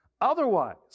otherwise